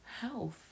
health